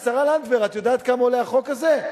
השרה לנדבר, את יודעת כמה עולה החוק הזה?